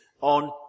on